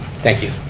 thank you.